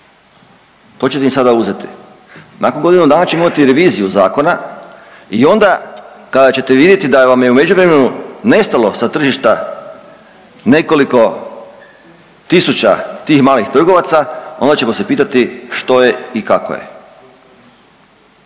To ćete im sada uzeti. Nakon godinu dana ćemo imati reviziju zakona i onda kada ćete vidjeti da vam je u međuvremenu nestalo sa tržišta nekoliko tisuća tih malih trgovaca onda ćemo se pitati što je i kako je.